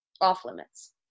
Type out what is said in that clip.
off-limits